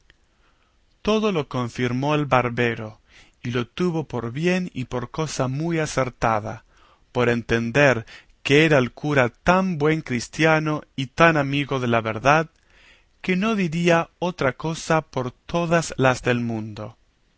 todo lo confirmó el barbero y lo tuvo por bien y por cosa muy acertada por entender que era el cura tan buen cristiano y tan amigo de la verdad que no diría otra cosa por todas las del mundo